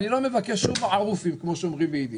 אני לא מבקש שום מערופים, כמו שאומרים ביידיש.